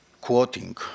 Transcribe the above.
quoting